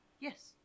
Yes